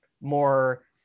more